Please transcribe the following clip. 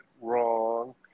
wrong